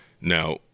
Now